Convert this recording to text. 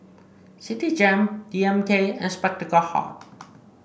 Citigem D M K and Spectacle Hut